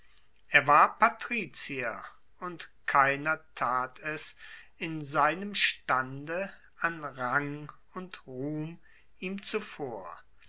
er war patrizier und keiner tat es in seinem stande an rang und ruhm ihm zuvor